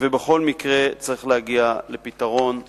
ובכל מקרה צריך להגיע לפתרון הנכון.